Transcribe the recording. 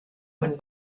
man